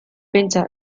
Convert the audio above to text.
pentsa